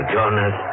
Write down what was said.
Jonas